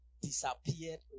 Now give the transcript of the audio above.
disappeared